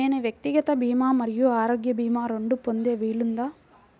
నేను వ్యక్తిగత భీమా మరియు ఆరోగ్య భీమా రెండు పొందే వీలుందా?